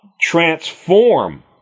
transform